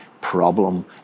problem